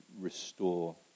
restore